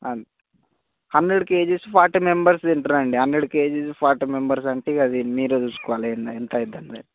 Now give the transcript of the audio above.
అంతే hundred KGs forty members తింటారు అండి హండ్రెడ్ కేజీస్ ఫార్టీ మెంబెర్స్ అంటే ఇక అది మీరే చూసుకోవాలి ఏంది ఎంత అవుద్దని